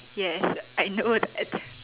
yes I know that